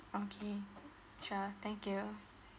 okay sure thank you